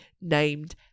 named